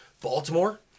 Baltimore